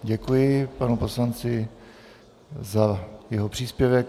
Děkuji panu poslanci za jeho příspěvek.